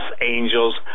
angels